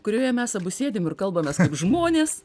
kurioje mes abu sėdim ir kalbamės kaip žmonės